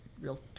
real